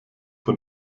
von